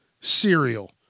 Cereal